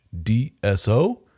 DSO